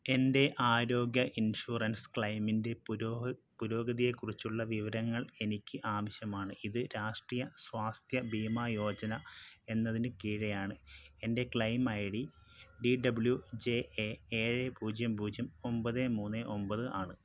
എൻ്റെ ആരോഗ്യ ഇൻഷുറൻസ് ക്ലെയിമിൻ്റെ പുരോഗതിയെക്കുറിച്ചുള്ള വിവരങ്ങൾ എനിക്ക് ആവശ്യമാണ് ഇത് രാഷ്ട്രീയ സ്വാസ്ഥ്യ ബീമാ യോജന എന്നതിന് കീഴെയാണ് എൻ്റെ claim I D D W J A ഏഴ് പൂജ്യം പൂജ്യം ഒമ്പത് മൂന്ന് ഒമ്പത് ആണ്